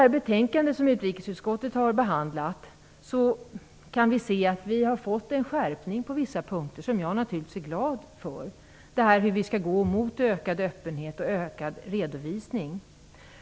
I betänkandet från utrikesutskottet kan vi se att vi har fått en skärpning på vissa punkter, t.ex. att vi ska gå mot ökad öppenhet och ökad redovisning. Det är jag naturligtvis glad för.